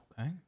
Okay